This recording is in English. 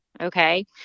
okay